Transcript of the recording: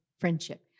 friendship